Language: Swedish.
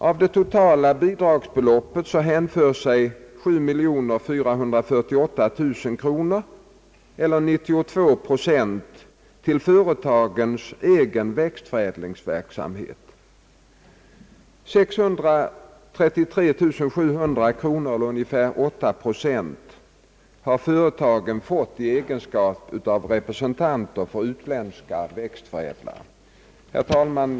Av det totala bidragsbeloppet hänför sig 7 444 000 kronor eller cirka 92 procent till företagens egen växtför ädlingsverksamhet. 633 700 kronor eller cirka 8 procent har företagen fått i egenskap av representanter för utländska växtförädlare. Herr talman!